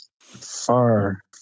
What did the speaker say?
Far